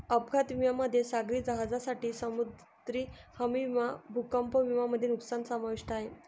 अपघात विम्यामध्ये सागरी जहाजांसाठी समुद्री हमी विमा भूकंप विमा मध्ये नुकसान समाविष्ट आहे